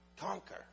conquer